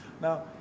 Now